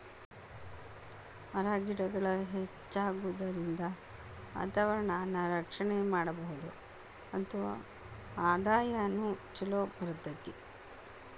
ಮರ ಗಿಡಗಳ ಹೆಚ್ಚಾಗುದರಿಂದ ವಾತಾವರಣಾನ ರಕ್ಷಣೆ ಮಾಡಬಹುದು ಮತ್ತ ಆದಾಯಾನು ಚುಲೊ ಬರತತಿ